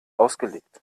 ausgelegt